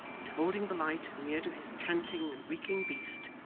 but holding the light near to his panting and reeking beast,